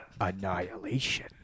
Annihilation